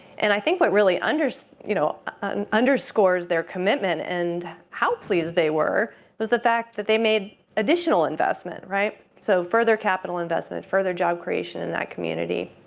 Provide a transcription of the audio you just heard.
and i think what really under so you know and underscores their commitment and how pleased they were was the fact that they made additional investment, right? so further capital investment, further job creation in that community